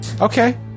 okay